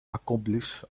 accomplice